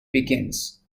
begins